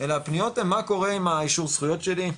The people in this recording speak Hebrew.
אלא הפניות הן מה קורה עם האישור זכויות שלי,